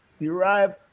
derive